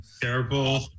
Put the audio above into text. Terrible